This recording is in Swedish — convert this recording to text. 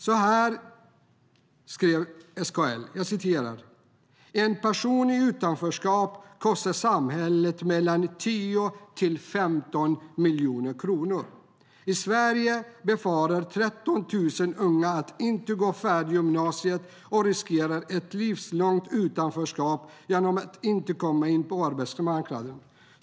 Så här skrev SKL: En person i utanförskap kostar samhället mellan 10 och 15 miljoner kronor. I Sverige befaras 13 000 unga inte gå färdigt gymnasiet och riskerar därmed ett livslångt utanförskap genom att de inte kommer in på arbetsmarknaden.